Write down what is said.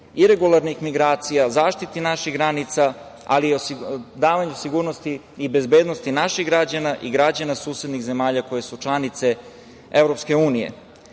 iregularnih migracija, zaštiti naših granica, ali i davanju sigurnosti i bezbednosti naših građana i građana susednih zemalja koje su članice